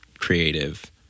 creative